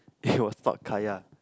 it was thought kaya